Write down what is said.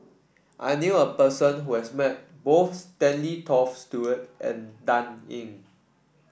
I knew a person who has met both Stanley Toft Stewart and Dan Ying